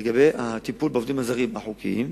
לגבי הטיפול בעובדים הזרים החוקיים.